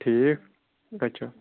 ٹھیٖک اَچھا